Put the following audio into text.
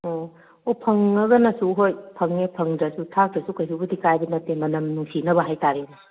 ꯎꯝ ꯍꯣ ꯐꯪꯉꯒꯅꯁꯨ ꯍꯣꯏ ꯐꯪꯉꯦ ꯐꯪꯗ꯭ꯔꯁꯨ ꯊꯥꯛꯇ꯭ꯔꯁꯨ ꯀꯩꯁꯨꯕꯨꯗꯤ ꯀꯥꯏꯕ ꯅꯠꯇꯦ ꯃꯅꯝ ꯅꯨꯡꯁꯤꯅꯕ ꯍꯥꯏꯇꯥꯔꯦꯅꯦ